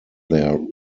their